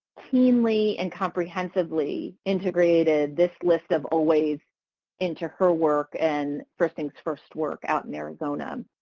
keenly and comprehensively integrated this list of always into her work and first things first work out in arizona.